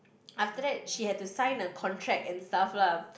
after that she had to sign a contract and stuff lah